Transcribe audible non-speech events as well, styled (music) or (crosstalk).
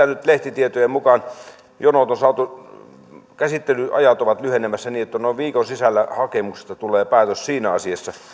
(unintelligible) nyt lehtitietojen mukaan käsittelyajat ovat lyhenemässä niin että noin viikon sisällä hakemuksesta tulee päätös siinä asiassa